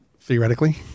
theoretically